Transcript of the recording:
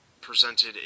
presented